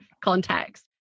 context